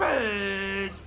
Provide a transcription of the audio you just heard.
a